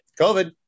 COVID